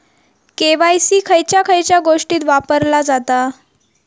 KYC खयच्या खयच्या गोष्टीत वापरला जाता?